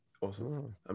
awesome